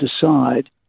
decide